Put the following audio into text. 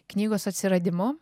knygos atsiradimu